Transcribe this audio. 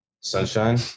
sunshine